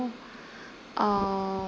um